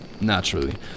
naturally